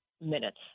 minutes